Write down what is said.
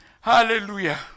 Hallelujah